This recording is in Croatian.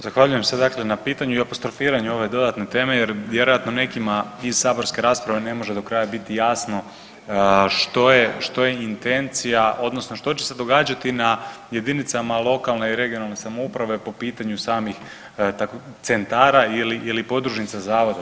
Zahvaljujem se dakle na pitanju i apostrofiranju ove dodatne teme jer vjerojatno nekima iz saborske rasprave ne može do kraja biti jasno što je intencija odnosno što će se događati na jedinicama lokalne i regionalne samouprave po pitanju samih centara ili podružnica zavoda.